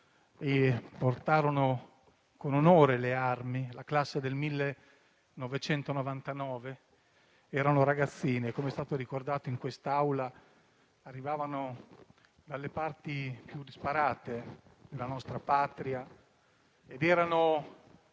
e portò con onore le armi: la classe del 1899. Erano ragazzini e, come è stato ricordato in quest'Aula, arrivavano dalle parti più disparate della nostra Patria ed erano